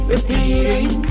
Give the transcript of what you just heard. repeating